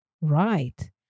Right